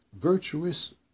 virtuous